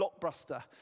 blockbuster